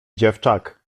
dziewczak